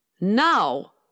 Now